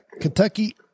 Kentucky